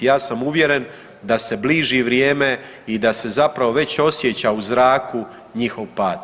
Ja sam uvjeren da se bliži vrijeme i da se zapravo već osjeća u zraku njihov pad.